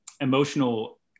emotional